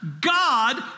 God